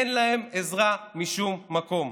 אין להם עזרה משום מקום.